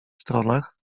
stronach